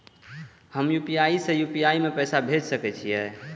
हम यू.पी.आई से यू.पी.आई में पैसा भेज सके छिये?